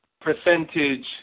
percentage